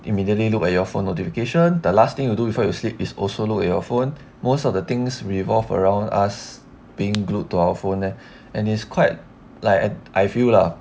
immediately look at your phone notification the last thing you do before you sleep is also look at your phone most of the things revolve around us being glued to our phone leh and it's quite like I feel lah